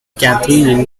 kathleen